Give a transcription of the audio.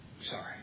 sorry